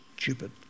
stupid